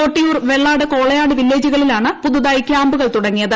കൊട്ടിയൂർ വെള്ളാട് കോളയാട് വില്ലേജുകളിലാണ് പുതുതായി ക്യാമ്പുകൾ തുടങ്ങിയത്